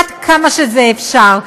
עד כמה שזה אפשר.